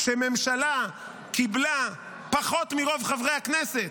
שהממשלה קיבלה פחות מרוב חברי הכנסת,